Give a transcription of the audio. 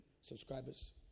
subscribers